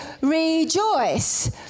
rejoice